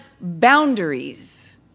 boundaries